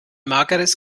mageres